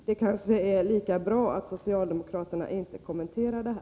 Det kanske är lika bra att socialdemokraterna inte kommenterar detta.